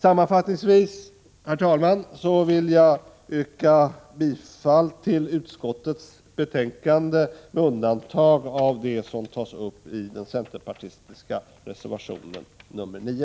Sammanfattningsvis, herr talman, vill jag yrka bifall till utskottets hemställan med undantag av det som tas upp i den centerpartistiska reservationen 9.